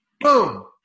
Boom